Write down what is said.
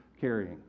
carrying